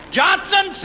johnson